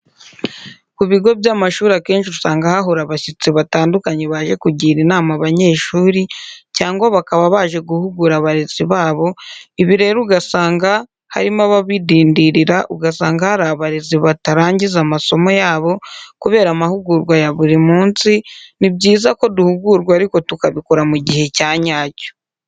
Ku bigo by'amashuri akenshi usanga hahora abashyitsi batandukanye baje kugira inama abanyeshuri cyangwa bakaba baje guhugura abarezi babo, ibi rero ugasanga harimo ababidindirira ugasanga hari abarezi batarangiza amasomo yabo kubera amahugurwa ya buri munsi, ni byiza ko duhugurwa ariko tukabikora mu gihe cya nyacyo.